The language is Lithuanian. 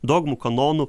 dogmų kanonų